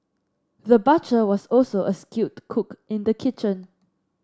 the butcher was also a skilled cook in the kitchen